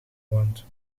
woont